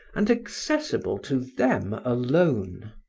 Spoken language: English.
and accessible to them alone.